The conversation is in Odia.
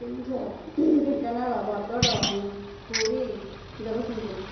କେଉଁଝର ଢେଙ୍କାନାଳ ବରଗଡ଼ ପୁରୀ ଜଗତସିଂପୁର